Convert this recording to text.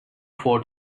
ford